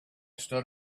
stood